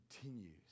continues